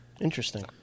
Interesting